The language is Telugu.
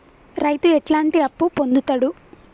రైతు ఎట్లాంటి అప్పు పొందుతడు?